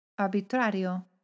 arbitrario